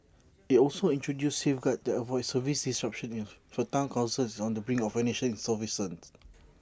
IT also introduces safeguards that avoid service disruptions if A Town Council is on the brink of financial insolvency